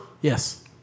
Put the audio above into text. Yes